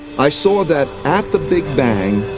i saw that at the big bang,